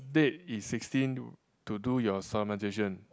date is sixteen to do your solemnisation